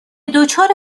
دچار